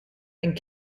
and